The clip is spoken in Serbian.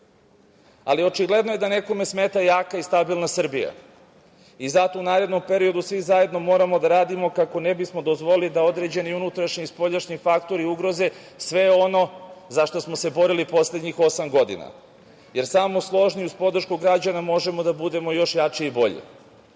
koridore. Očigledno je da nekome smeta jaka i stabilna Srbija i zato u narednom periodu svi zajedno moramo da radimo kako ne bismo dozvolili da određeni unutrašnji i spoljašnji faktori ugroze sve ono za šta smo se borili poslednjih osam godina, jer samo složni i uz podršku građana možemo da budemo još jači i bolji. Na